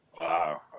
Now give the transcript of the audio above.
Wow